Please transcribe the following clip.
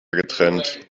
getrennt